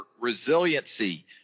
resiliency